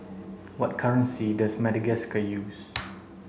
what currency does Madagascar use